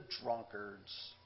drunkards